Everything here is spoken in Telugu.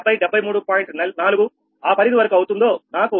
4 ఆ పరిధి వరకు అవుతుందో నాకు 73